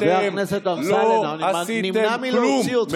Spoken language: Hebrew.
חבר הכנסת אמסלם, אני נמנע מלהוציא אותך.